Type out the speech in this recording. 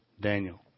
Daniel